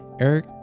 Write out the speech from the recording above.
Eric